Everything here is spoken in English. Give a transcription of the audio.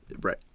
Right